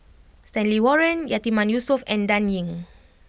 Stanley Warren Yatiman Yusof and Dan Ying